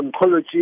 oncology